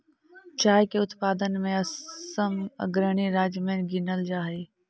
चाय के उत्पादन में असम अग्रणी राज्य में गिनल जा हई